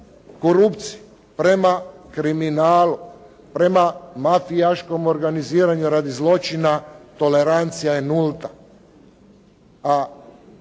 korupciji, prema kriminalu, prema mafijaškom organiziranju radi zločina tolerancija je nulta.